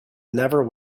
never